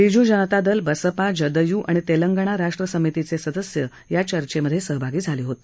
बिजू जनता दल बसपा जदयू आणि तेलंगणा राष्ट्र समितीचे सदस्य हे या चर्चेमधे सहभागी झाले होते